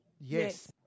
Yes